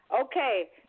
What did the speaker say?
Okay